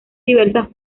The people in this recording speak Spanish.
diversas